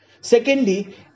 Secondly